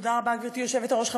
תודה רבה, גברתי היושבת-ראש.